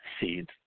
seeds